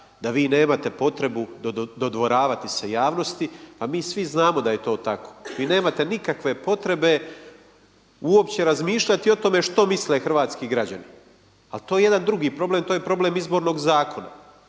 da vi nemate potrebu dodvoravati se javnosti. Pa mi svi znamo da je to tako. Vi nemate nikakve potrebe uopće razmišljati o tome što misle hrvatski građani, ali to je jedan drugi problem, to je problem Izbornog zakona.